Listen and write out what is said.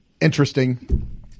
Interesting